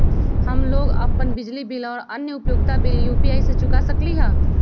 हम लोग अपन बिजली बिल और अन्य उपयोगिता बिल यू.पी.आई से चुका सकिली ह